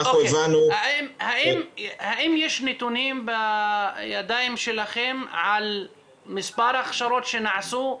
אנחנו הבנו --- האם יש נתונים בידיים שלכם על מספר הכשרות שנעשו?